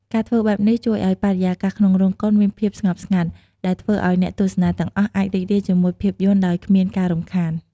ការធ្វើបែបនេះ ជួយឲ្យបរិយាកាសក្នុងរោងកុនមានភាពស្ងប់ស្ងាត់ ដែលធ្វើឲ្យអ្នកទស្សនាទាំងអស់អាចរីករាយជាមួយភាពយន្តដោយគ្មានការរំខាន។